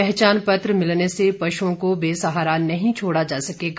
पहचान पत्र मिलने से पश्ओं को बेसहारा नहीं छोड़ा जा सकेगा